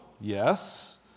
yes